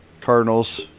Cardinals